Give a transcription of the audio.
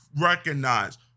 recognize